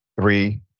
three